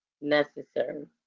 necessary